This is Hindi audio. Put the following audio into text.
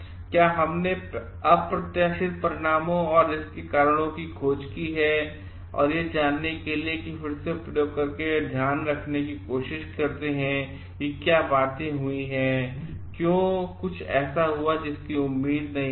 क्या हमने अप्रत्याशित परिणामों और इसके कारणों की खोज की है और यह जानने के लिए फिर से प्रयोग करके यह ध्यान रखने की कोशिश करते हैं कि यह बात क्यों हुई क्यों कुछ ऐसा हुआ जिसकीउम्मीदनहींथी